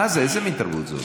מה זה, איזה מין תרבות זאת?